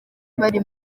bari